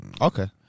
okay